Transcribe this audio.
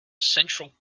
central